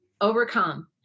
overcome